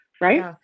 right